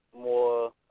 more